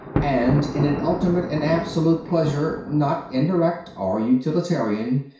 and in an ultimate and absolute pleasure, not indirect or utilitarian,